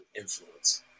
influence